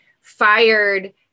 fired